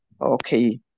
Okay